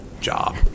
job